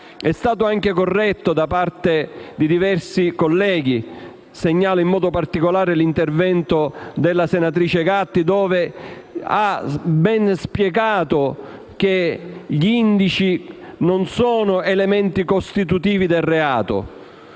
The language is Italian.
È stata anche corretta da parte di diversi colleghi - segnalo in modo particolare l'intervento della senatrice Gatti - l'interpretazione secondo cui gli indici non sarebbero elementi costitutivi del reato.